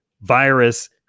virus